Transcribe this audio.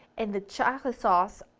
and the chocolate sauce,